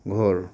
ঘৰ